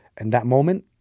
and that moment,